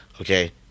okay